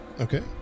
Okay